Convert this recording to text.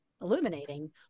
illuminating